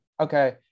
Okay